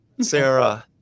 Sarah